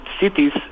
cities